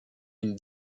une